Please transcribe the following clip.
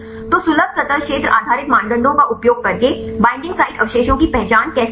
तो सुलभ सतह क्षेत्र आधारित मानदंडों का उपयोग करके बईंडिंग साइट अवशेषों की पहचान कैसे करें